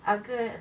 那个